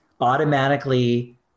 automatically